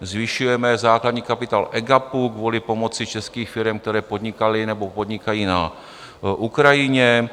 Zvyšujeme základní kapitál EGAPu kvůli pomoci českých firem , které podnikaly nebo podnikají na Ukrajině.